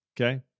Okay